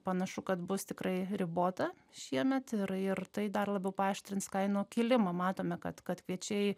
panašu kad bus tikrai ribota šiemet ir ir tai dar labiau paaštrins kainų kilimą matome kad kad kviečiai